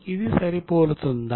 ఇది సరిపోలుతుందా